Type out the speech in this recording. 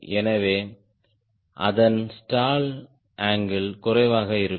எனவே அதன் stall angle குறைவாக இருக்கும்